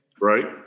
Right